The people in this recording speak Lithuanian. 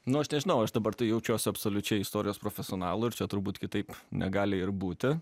nu aš nežinau aš dabar tai jaučiuos absoliučiai istorijos profesionalu ir čia turbūt kitaip negali ir būti